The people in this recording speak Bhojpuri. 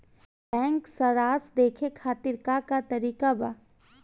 बैंक सराश देखे खातिर का का तरीका बा?